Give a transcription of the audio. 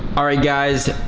alright guys,